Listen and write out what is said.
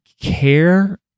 care